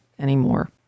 anymore